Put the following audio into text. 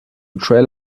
trail